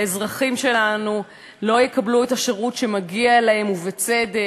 האזרחים שלנו לא יקבלו את השירות שמגיע להם בצדק.